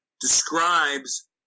describes